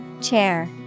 Chair